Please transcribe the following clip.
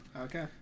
Okay